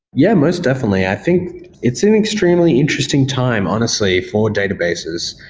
yeah, most definitely. i think it's an extremely interesting time, honestly, for databases.